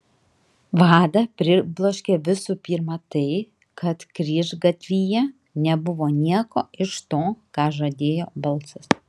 vadą pribloškė visų pirma tai kad kryžgatvyje nebuvo nieko iš to ką žadėjo balsas